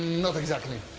not exactly.